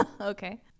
Okay